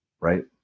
right